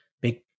big